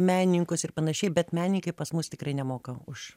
menininkus ir panašiai bet menininkai pas mus tikrai nemoka už